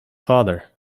father